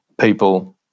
people